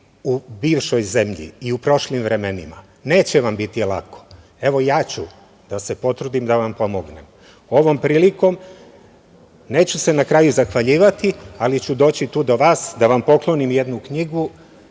u bivšoj zemlji i u prošlim vremenima. Neće vam biti lako. Evo ja ću da se potrudim da vam pomognem. Ovom prilikom, neću se na kraju zahvaljivati, ali doći ću tu do vas da vam poklonim jednu knjigu.